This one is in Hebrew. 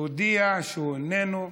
שהודיע שהוא איננו.